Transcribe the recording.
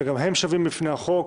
שגם הם שווים בפני החוק,